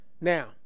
Now